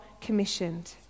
commissioned